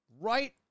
Right